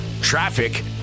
Traffic